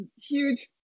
huge